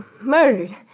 Murdered